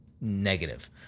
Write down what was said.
negative